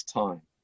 time